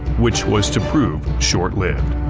which was to prove short-lived.